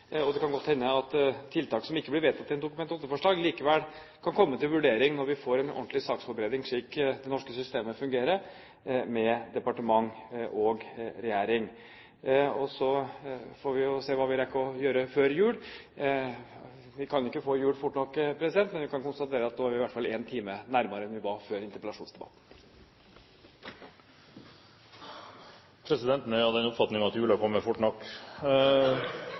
Og det kan godt hende at tiltak i Dokument 8-forslag som ikke blir vedtatt, likevel kan komme til vurdering når vi får en ordentlig saksforberedelse, slik det norske systemet fungerer, med departement og regjering. Så får vi se hva vi rekker å gjøre før jul. Vi kan ikke få jul fort nok, men vi kan konstatere at nå er vi i hvert fall én time nærmere enn vi var før interpellasjonsdebatten. Presidenten er av den oppfatning at julen kommer fort nok!